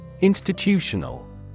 Institutional